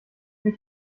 mich